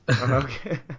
Okay